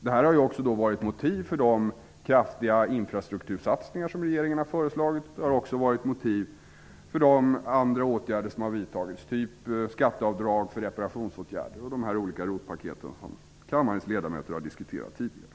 Detta har också varit motivet för de kraftiga infrastruktursatsningar som regeringen har föreslagit och för de andra åtgärder som har vidtagits, såsom skatteavdrag för reparationer och ROT-paketen som kammarens ledamöter diskuterat tidigare.